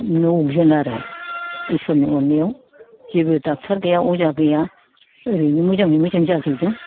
नौजोन आरो इसोरनि अननायाव जेबो दक्थ'र गैया अजा गैया ओरैनो मोजाङै मोजां जाजोबदों